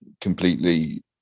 completely